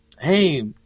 hey